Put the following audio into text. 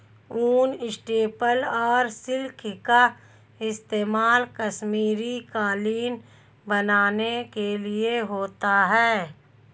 ऊन, स्टेपल और सिल्क का इस्तेमाल कश्मीरी कालीन बनाने के लिए होता है